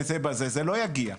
זה לא יגיע.